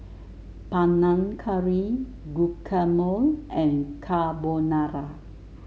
Panang Curry Guacamole and Carbonara